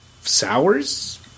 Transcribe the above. sours